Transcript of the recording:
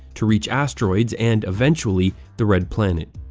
to reach asteroids and eventually the red planet.